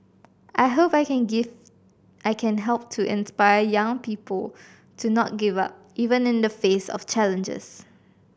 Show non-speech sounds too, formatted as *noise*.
I hope I can *unintelligible* I can help to inspire young people to not give up even in the face of challenges